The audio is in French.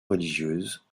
religieuse